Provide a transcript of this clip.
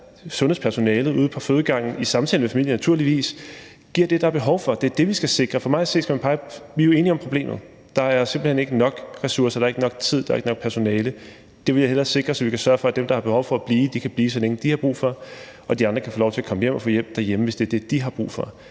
sundhedspersonalet ude på fødegangene, i samtale med familien naturligvis, giver det, der er behov for. Det er det, vi skal sikre. Vi er jo enige om problemet. Der er simpelt hen ikke nok ressourcer. Der er ikke nok tid. Der er ikke nok personale. Det vil jeg hellere sikre, så vi kan sørge for, at dem, der er behov for at blive, kan blive, så længe de har brug for det, og de andre kan få lov til at komme hjem og få hjælp derhjemme, hvis det er det, de har brug for.